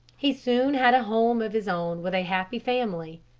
he soon had a home of his own with a happy family.